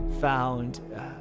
found